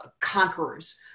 conquerors